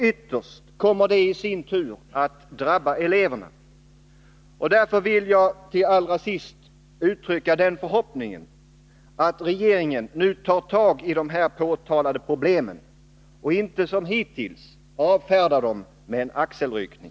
Ytterst kommer detta att drabba eleverna. Därför vill jag till sist uttala den förhoppningen att regeringen tar tag i de problem som påtalats här och inte som hittills avfärdar dem med en axelryckning.